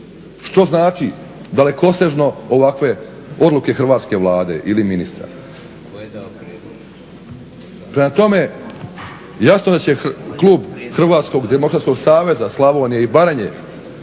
što znači dalekosežno ovakve odluke hrvatske Vlade ili ministra. Prema tome, jasno da će klub Hrvatskog demokratskog saveza Slavonije i Baranje